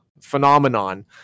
phenomenon